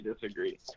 disagree